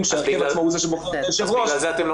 שההרכב עצמו הוא זה שבוחר את היושב ראש,